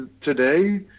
today